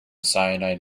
cyanide